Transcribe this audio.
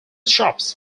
shops